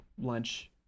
lunch